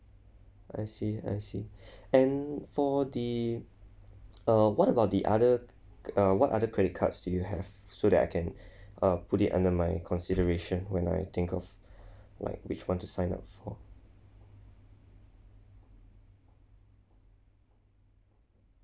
I see I see and for the uh what about the other uh what other credit cards do you have so that I can uh put it under my consideration when I think of like which one to sign up for